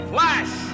Flash